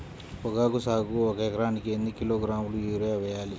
పొగాకు సాగుకు ఒక ఎకరానికి ఎన్ని కిలోగ్రాముల యూరియా వేయాలి?